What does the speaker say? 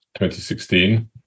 2016